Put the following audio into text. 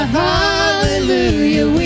hallelujah